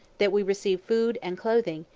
that we receive food and clothing,